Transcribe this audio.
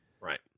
Right